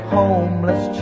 homeless